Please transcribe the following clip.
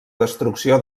destrucció